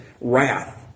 wrath